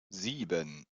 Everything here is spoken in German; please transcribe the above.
sieben